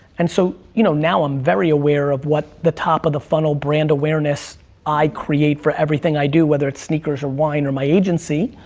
and so, you know, now i'm very aware of what the top of the funnel brand awareness i create for everything i do, whether it's sneakers, or wine, or my agency.